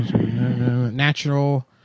natural